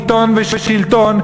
עיתון ושלטון,